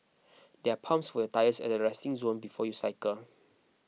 there are pumps for your tyres at the resting zone before you cycle